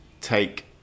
take